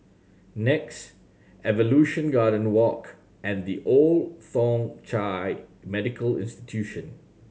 NEX Evolution Garden Walk and The Old Thong Chai Medical Institution